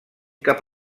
cap